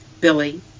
Billy